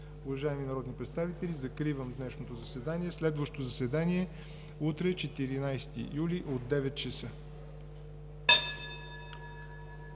Уважаеми народни представители, закривам днешното заседание. Следващо заседание, утре, 14 юли от 9,00 ч.